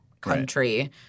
country